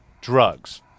drugs